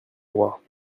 droits